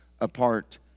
apart